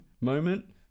moment